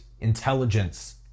intelligence